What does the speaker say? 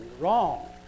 wrong